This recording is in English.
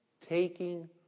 taking